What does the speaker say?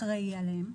אחראי עליהן.